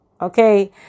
okay